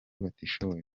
batishoboye